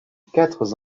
quatre